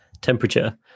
temperature